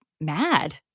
mad